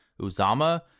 Uzama